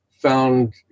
found